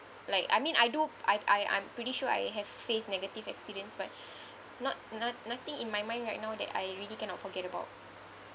like I mean I do I I I'm pretty sure I have faced negative experience but not not~ nothing in my mind right now that I really cannot forget about